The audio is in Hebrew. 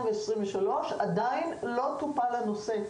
עדיין לא טופל הנושא.